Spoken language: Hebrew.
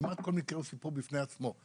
כמעט כל מקרה הוא סיפור בפני עצמו.